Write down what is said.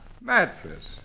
Mattress